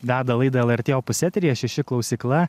veda laidą lrt opus eteryje šiši klausykla